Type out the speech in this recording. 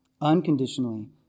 unconditionally